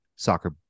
Soccer